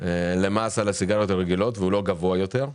למס על הסיגריות הרגילות ושהוא לא גבוה יותר.